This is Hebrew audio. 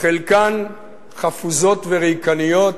חלקן חפוזות וריקניות,